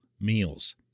meals